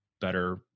better